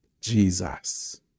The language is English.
Jesus